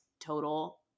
total